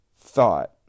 thought